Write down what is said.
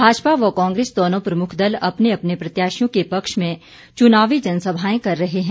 भाजपा व कांग्रेस दोनों प्रमुख दल अपने अपने प्रत्याशियों के पक्ष में चुनावी जनसभाएं कर रहे हैं